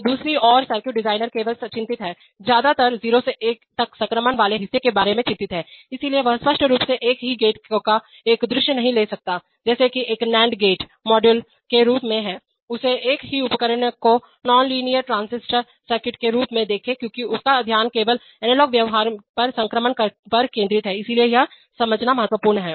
तो दूसरी ओर सर्किट डिजाइनर केवल चिंतित है ज्यादातर 0 से 1 तक संक्रमण वाले हिस्से के बारे में चिंतित है इसलिए वह स्पष्ट रूप से एक ही गेट का एक दृश्य नहीं ले सकता है जैसा कि एक नंद गेट मॉडल के रूप में है उसे एक ही उपकरण को एक नॉनलीनियर ट्रांजिस्टर सर्किट के रूप में देखें क्योंकि उसका ध्यान केवल एनालॉग व्यवहार पर संक्रमण पर केंद्रित है इसलिए यह समझना महत्वपूर्ण है